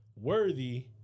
Worthy